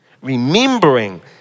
remembering